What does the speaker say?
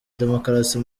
demokarasi